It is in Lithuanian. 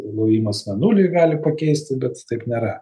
lojimas mėnulį gali pakeisti bet taip nėra